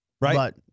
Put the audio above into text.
Right